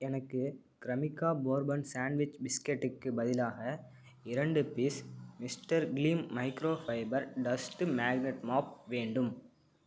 எனக்கு Cremica bourbon sandwich பிஸ்கட்டுக்கு பதிலாக இரண்டு piece mister clean microfibre dust magnet mop வேண்டும்